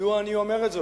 מדוע אני אומר את זאת?